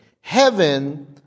Heaven